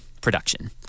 production